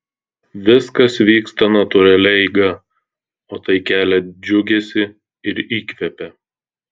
viskas vyksta natūralia eiga o tai kelia džiugesį ir įkvepia